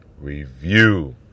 review